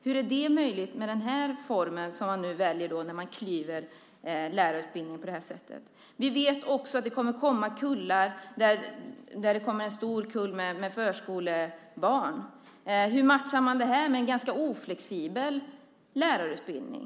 Hur är det möjligt med denna kluvna lärarutbildning? Vi vet också att det snart kommer en stor kull med förskolebarn. Hur matchar man det med en ganska oflexibel lärarutbildning?